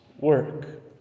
work